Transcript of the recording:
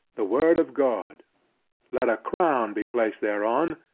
the word of god let a crown be placed thereon,